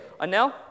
Anel